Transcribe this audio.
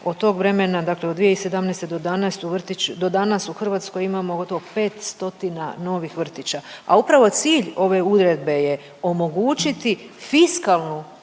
od tog vremena, dakle od 2017. do danas u vrtić, do danas u Hrvatskoj imamo gotovo 500 novih vrtića, a upravo cilj ove Uredbe je omogućiti fiskalnu održivost